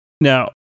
now